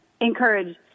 encourage